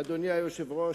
אדוני היושב-ראש,